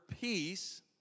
peace